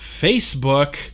Facebook